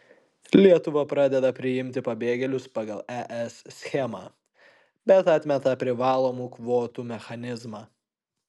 lietuva pradeda priimti pabėgėlius pagal es schemą bet atmeta privalomų kvotų mechanizmą